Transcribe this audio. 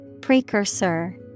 Precursor